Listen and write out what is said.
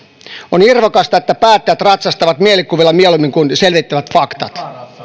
on irvokasta että päättäjät ratsastavat mielikuvilla mieluummin kuin selvittävät faktat